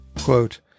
Quote